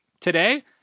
Today